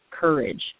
courage